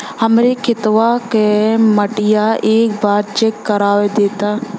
हमरे खेतवा क मटीया एक बार चेक करवा देत?